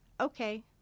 Okay